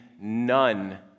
none